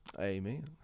Amen